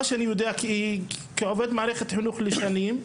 מה שאני יודע כעובד מערכת חינוך משנים,